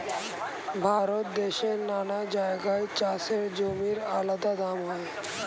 ভারত দেশের নানা জায়গায় চাষের জমির আলাদা দাম হয়